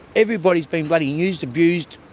everybody's been bloody used, abused.